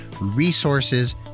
resources